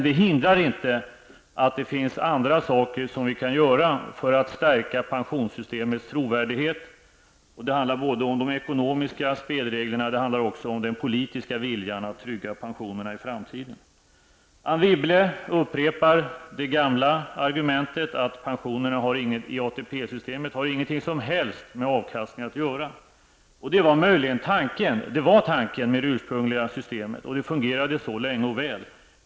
Det hindrar inte att det finns andra saker som vi kan göra för att stärka pensionssystemets trovärdighet. Det handlar både om de ekonomiska spelreglerna och om den politiska viljan att trygga pensionerna i framtiden. Anne Wibble upprepar det gamla argumentet att pensionerna i ATP-systemet inte har någonting som helst med avkastning att göra. Det var tanken med det ursprungliga systemet och fungerar det så länge och väl.